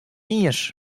iens